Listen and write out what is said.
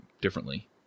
differently